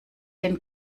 den